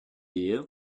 you